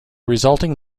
resulting